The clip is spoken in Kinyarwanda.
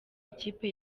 ikipe